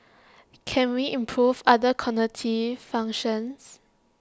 can we improve other cognitive functions